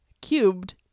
cubed